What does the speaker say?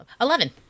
Eleven